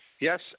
Yes